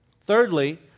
Thirdly